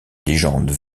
légende